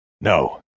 No